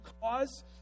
cause